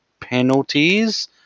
penalties